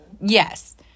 Yes